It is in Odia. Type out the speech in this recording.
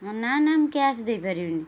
ନା ନା ମୁଁ କ୍ୟାସ୍ ଦେଇପାରିବିନି